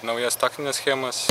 naujas taktines schemas